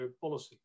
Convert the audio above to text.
policy